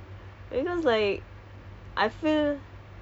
uh it's cramped kecoh